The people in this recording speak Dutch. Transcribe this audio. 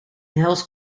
hels